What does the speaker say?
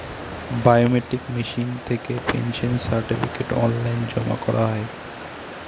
biometric machine থেকে pension certificate online জমা করা হয়